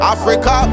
Africa